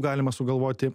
galima sugalvoti